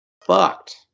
fucked